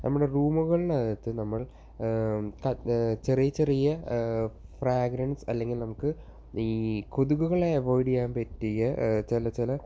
നമ്മുടെ റൂമുകളിനകത്ത് നമ്മൾ ചെറിയ ചെറിയ ഫ്രാഗ്രൻസ് അല്ലെങ്കിൽ നമുക്ക് ഈ കൊതുകുകളെ അവോയ്ഡ് ചെയ്യാൻ പറ്റിയ ചില ചില